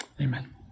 Amen